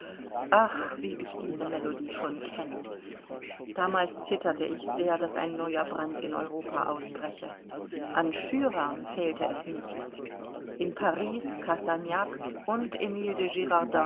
ach wie ich diese melodie schon kenne damals zitterte ich sehr daß ein neuer brand in europa ausbreche an schürern fehlte es nicht in paris cassagnac und emile